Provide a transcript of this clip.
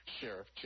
Sheriff